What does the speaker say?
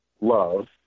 love